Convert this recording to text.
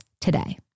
today